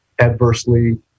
adversely